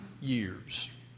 years